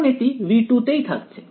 এখন এটি V2 তেই থাকছে